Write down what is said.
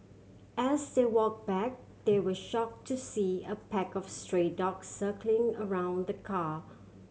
as they walk back they were shock to see a pack of stray dogs circling around the car